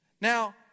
Now